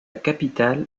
capitale